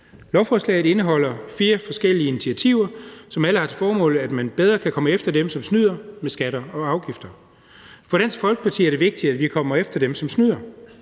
Lovforslaget indeholder fire forskellige initiativer, som alle har til formål at sikre, at man bedre kan komme efter dem, som snyder med skatter og afgifter. For Dansk Folkeparti er det vigtigt, at vi kommer efter dem, som snyder.